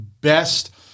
best